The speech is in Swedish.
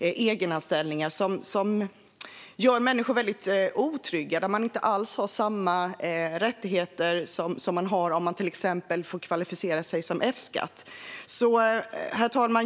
egenanställningarna. De gör människor otrygga, och de ger inte alls samma rättigheter som man har om man till exempel får kvalificera sig för F-skatt. Herr talman!